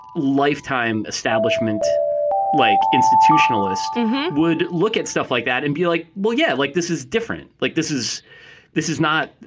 lifetime establishment like. sitution illest would look at stuff like that and be like, well, yeah, like this is different, like this is this is not,